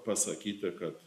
pasakyti kad